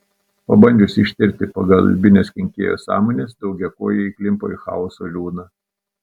pabandžiusi ištirti pagalbines kenkėjo sąmones daugiakojė įklimpo į chaoso liūną